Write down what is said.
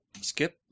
Skip